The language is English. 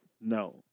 No